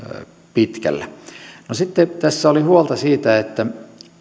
pitkällä sitten tässä oli huolta siitä että